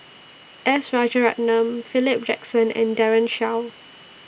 S Rajaratnam Philip Jackson and Daren Shiau